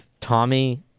Tommy